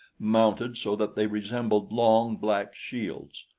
mounted so that they resembled long, black shields.